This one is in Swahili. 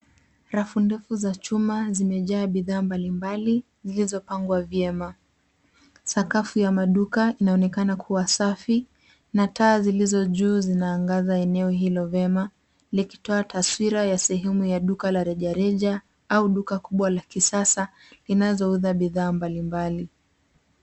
Rafu ndefu za chuma zimejaa bidhaa mbalimbali zilizopangwa vyema sakafu ya maduka inaonekana kua safi na taa zilizojuu zinaangaza eneo hilo vyema likitoa taswira ya sehemu ya duka la rejaereja au duka kubwa la kisasa zinazouza bidhaa mbalimbali.